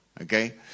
Okay